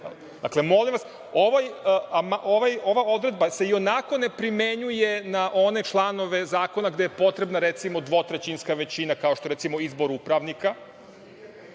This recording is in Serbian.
koja odluka. Ova odredba se ionako ne primenjuje na one članove zakona gde je potrebna, recimo, dvotrećinska većina, kao što je izbor upravnika,